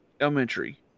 elementary